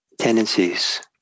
tendencies